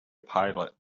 pilot